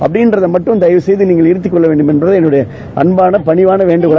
அப்டின்றதுமட்டும் தயவு செய்துநீங்கள் இருத்தக் கொள்ளவேண்டும் என்பதளன்னுடைய அன்பாளபணிவானவேண்டுகோள்